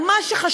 על מה שחשוב,